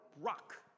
rock